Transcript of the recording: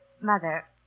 Mother